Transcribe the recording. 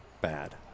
bad